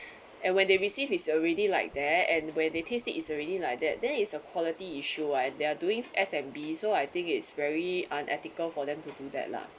and when they receive is already like that and where they taste it is already like that then it's a quality issue what they're doing f and b so I think it's very unethical for them to do that lah